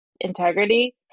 integrity